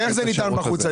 איך זה ניתן היום?